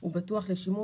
הוא בטוח לשימוש.